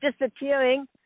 disappearing